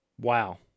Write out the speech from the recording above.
Wow